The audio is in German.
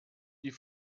die